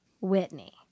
Whitney